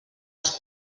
els